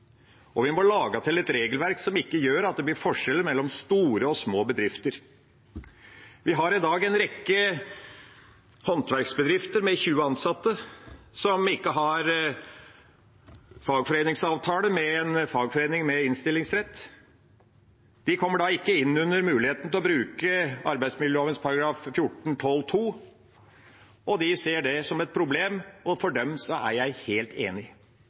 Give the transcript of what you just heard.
Vi må lage et regelverk som ikke gjør at det blir forskjeller mellom store og små bedrifter. Vi har i dag en rekke håndverksbedrifter med 20 ansatte som ikke har fagforeningsavtale med en fagforening med innstillingsrett. De kommer da ikke inn under muligheten til å bruke arbeidsmiljøloven § 14-12 andre ledd. De ser på det som et problem, og for dem er jeg helt enig i